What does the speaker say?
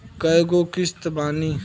कय गो किस्त बानी?